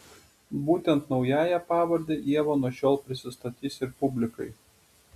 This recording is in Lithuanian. būtent naująja pavarde ieva nuo šiol prisistatys ir publikai